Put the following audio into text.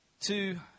two